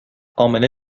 امنه